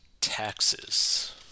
Taxes